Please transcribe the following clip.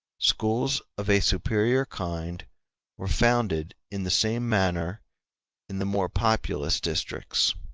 schools of a superior kind were founded in the same manner in the more populous districts.